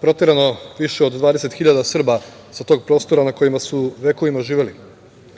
proterano više od 20 hiljada Srba sa tog prostora na kojima su vekovima živeli.